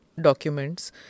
Documents